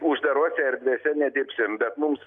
uždarose erdvėse nedirbsim bet mums